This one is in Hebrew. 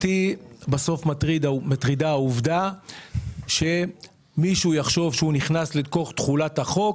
אותי בסוף מטרידה העובדה שמישהו יחשוב שהוא נכנס לתוך תחולת החוק,